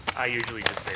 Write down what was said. i usually